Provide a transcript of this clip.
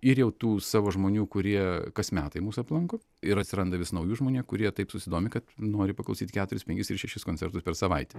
ir jau tų savo žmonių kurie kas metai mus aplanko ir atsiranda vis naujų žmonie kurie taip susidomi kad nori paklausyt keturis penkis ir šešis koncertus per savaitę